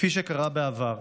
כפי שקרה בעבר.